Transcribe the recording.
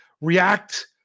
react